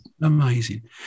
amazing